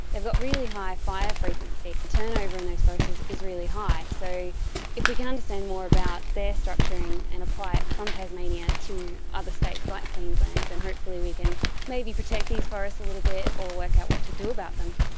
they've got really high fire frequency. the turnover in those forests is is really high. so if we can understand more about their structuring and apply it from tasmania to other states like queensland, then hopefully we can maybe protect these forests a little bit or work out what to do about them.